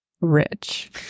rich